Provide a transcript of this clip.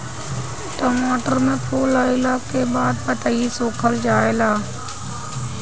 टमाटर में फूल अईला के बाद पतईया सुकुर जाले?